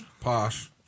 posh